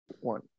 one